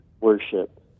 worship